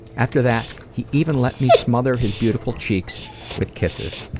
after that, he even let me smother his beautiful cheeks with kisses.